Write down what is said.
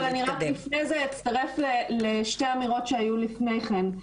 אבל לפני זה אני אצטרף לשתי אמירות שהיו לפני כן.